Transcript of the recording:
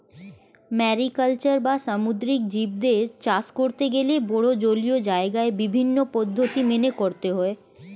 mariculture বা সামুদ্রিক জীবদের চাষ করতে গেলে বড়ো জলীয় জায়গায় বিভিন্ন পদ্ধতি মেনে করতে হয়